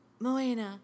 Moena